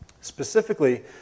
Specifically